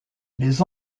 les